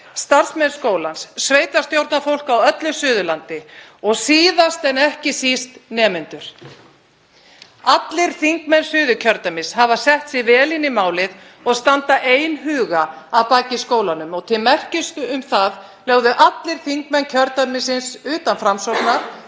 starfsmenn skólans, sveitarstjórnarfólk á öllu Suðurlandi og síðast en ekki síst nemendur. Allir þingmenn Suðurkjördæmis hafa sett sig vel inn í málið og standa einhuga að baki skólanum. Til merkis um það lögðu allir þingmenn kjördæmisins utan Framsóknar